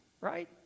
right